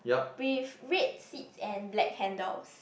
with red seat and black handles